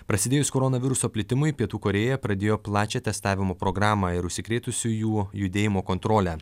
prasidėjus koronaviruso plitimui pietų korėja pradėjo plačią testavimo programą ir užsikrėtusiųjų judėjimo kontrolę